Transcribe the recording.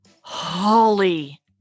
Holly